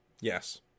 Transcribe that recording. Yes